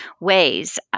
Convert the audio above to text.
ways